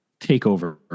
takeover